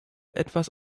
etwas